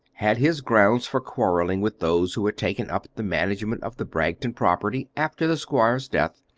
had his grounds for quarrelling with those who had taken up the management of the bragton property after the squire's death,